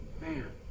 Man